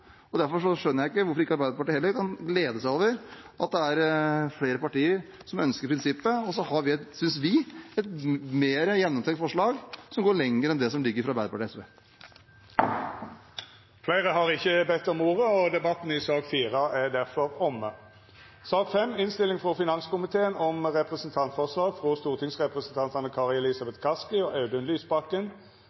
Derfor skjønner jeg ikke hvorfor Arbeiderpartiet ikke heller kan glede seg over at det er flere partier som ønsker prinsippet. Vi synes vi har et mer gjennomtenkt forslag som går lenger enn det som foreligger fra Arbeiderpartiet og SV. Fleire har ikkje bedt om ordet til sak nr. 4. Etter ønske frå finanskomiteen vil presidenten føreslå at taletida vert avgrensa til 5 minutt til kvar gruppe og